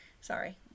sorry